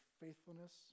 faithfulness